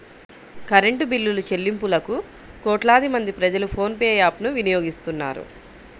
current బిల్లులుచెల్లింపులకు కోట్లాది మంది ప్రజలు ఫోన్ పే యాప్ ను వినియోగిస్తున్నారు